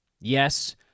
Yes